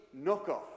knockoff